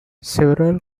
several